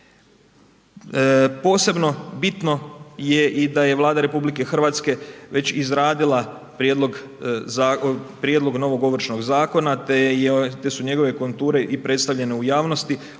Posebno bitno je i da je Vlada RH već izradila prijedlog novog Ovršnog zakona, te su njegove konture i predstavljene u javnosti,